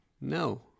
No